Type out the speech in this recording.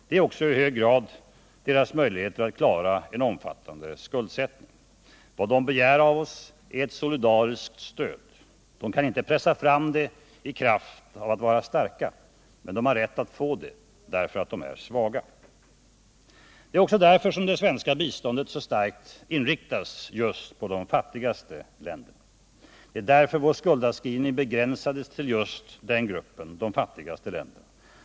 Det är i hög grad också deras möjligheter att klara en omfattande skuldsättning. Vad de begär av oss är ett solidariskt stöd. De kan inte pressa fram det i kraft av att vara starka. Men de har rätt att få det, därför att de är Det är också därför som det svenska biståndet så starkt inriktas just på de fattigaste länderna. Det är därför som vår skuldavskrivning begränsats just till gruppen de fattigaste länderna.